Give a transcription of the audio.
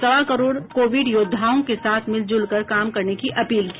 सवा करोड़ कोविड योद्धाओं के साथ मिलज़ुल कर काम करने की अपील की